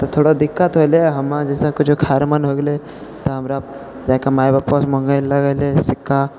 तऽ थोड़ा दिक्कत होलै हम जइसे किछु खाइ रऽ मोन हो गेलै तऽ हमरा जाकऽ माइ बापोसँ माँगे लगलिए सिक्का